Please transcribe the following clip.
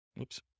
Oops